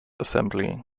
assembly